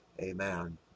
amen